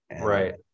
Right